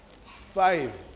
Five